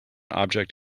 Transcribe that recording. object